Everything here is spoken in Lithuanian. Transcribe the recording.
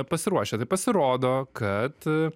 pasiruošę tai pasirodo kad